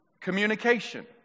communication